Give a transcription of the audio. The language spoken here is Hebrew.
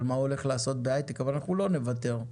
אבל אנחנו לא נוותר,